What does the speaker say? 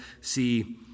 see